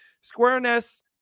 squareness